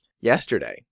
Yesterday